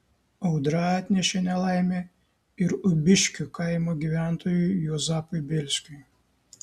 audra atnešė nelaimę ir ubiškių kaimo gyventojui juozapui bėlskiui